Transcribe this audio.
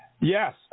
Yes